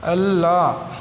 ಅಲ್ಲ